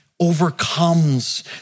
Overcomes